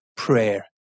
Prayer